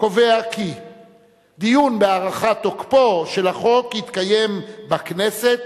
קובע כי דיון בהארכת תוקפו של החוק יתקיים בכנסת